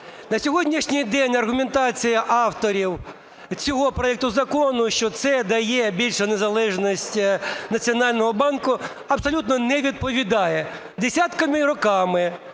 На сьогоднішній день аргументація авторів цього проекту закону, що це дає більшу незалежність Національному банку, абсолютно не відповідає. Десятками роками